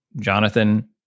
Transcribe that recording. Jonathan